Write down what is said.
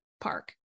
park